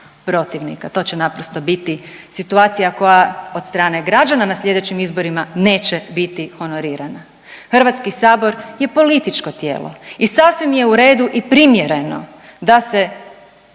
to će naprosto biti situacija koja od strane građanima na sljedećim izborima neće biti honorirana. HS je političko tijelo i sasvim je u redu i primjereno da se